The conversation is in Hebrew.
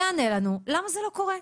יענה לנו למה זה לא קורה.